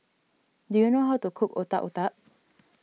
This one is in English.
do you know how to cook Otak Otak